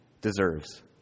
deserves